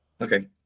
Okay